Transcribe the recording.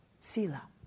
sila